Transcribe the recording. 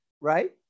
right